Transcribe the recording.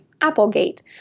Applegate